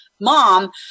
mom